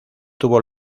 tuvo